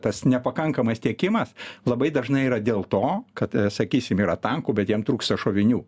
tas nepakankamas tiekimas labai dažnai yra dėl to kad sakysim yra tankų bet jiem trūksta šovinių